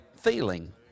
feeling